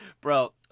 Bro